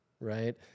right